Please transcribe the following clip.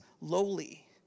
lowly